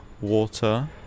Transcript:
water